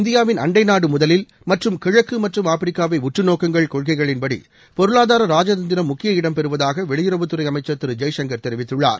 இந்தியாவின் அண்டை நாடு முதலில் மற்றும் கிழக்கு மற்றும் ஆப்பிரிக்காவை உற்று நோக்குங்கள் கொள்கைகளின்படி பொருளாதார ராஜதந்திரம் முக்கிய இடம் பெறுவதாக வெளியுறவுத்துறை அமைச்சர் திரு ஜெய்சங்கர் தெரிவித்துள்ளார்